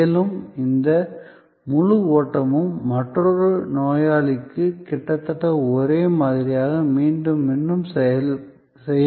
மேலும் இந்த முழு ஓட்டமும் மற்றொரு நோயாளிக்கு கிட்டத்தட்ட ஒரே மாதிரியாக மீண்டும் மீண்டும் செய்யப்படும்